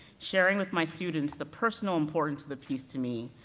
sharing with my students the personal importance of the piece to me,